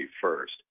first